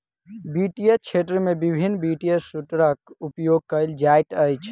वित्तीय क्षेत्र में विभिन्न वित्तीय सूत्रक उपयोग कयल जाइत अछि